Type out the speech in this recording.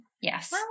Yes